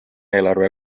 eelarve